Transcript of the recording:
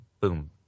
boom